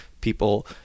people